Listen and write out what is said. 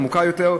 עמוקה יותר,